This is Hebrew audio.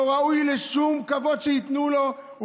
לא ראוי שייתנו לו שום כבוד.